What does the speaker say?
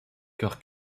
cœur